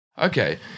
Okay